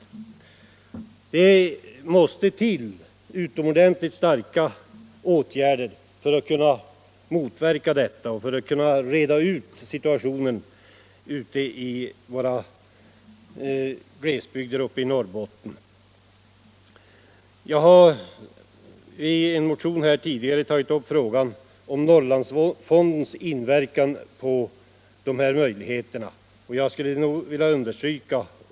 Det måste till utomordentliga åtgärder för att motverka detta och reda ut situationen i våra glesbygder uppe i Norrbotten. Jag har i en motion tidigare tagit upp frågan om möjligheten att använda Norrlandsfonden i detta sammanhang.